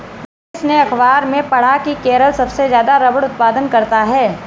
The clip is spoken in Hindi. महेश ने अखबार में पढ़ा की केरल सबसे ज्यादा रबड़ उत्पादन करता है